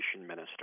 minister